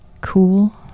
Cool